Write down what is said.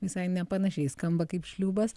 visai nepanašiai skamba kaip šliūbas